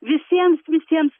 visiems visiems